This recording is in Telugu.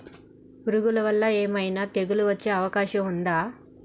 పురుగుల వల్ల ఏమైనా తెగులు వచ్చే అవకాశం ఉందా?